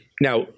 Now